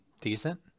decent